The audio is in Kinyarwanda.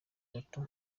bato